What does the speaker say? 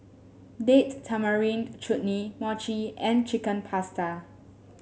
Date Tamarind Chutney Mochi and Chicken Pasta